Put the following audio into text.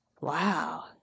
wow